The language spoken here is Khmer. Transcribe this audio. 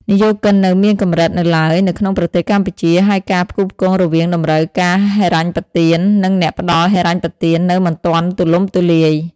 និយោគិននៅមានកម្រិតនៅឡើយនៅក្នុងប្រទេសកម្ពុជា ហើយការផ្គូផ្គងរវាងតម្រូវការហិរញ្ញប្បទាន និងអ្នកផ្តល់ហិរញ្ញប្បទាននៅមិនទាន់ទូលំទូលាយ ។